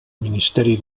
ministeri